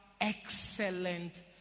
excellent